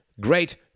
great